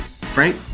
Frank